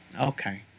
Okay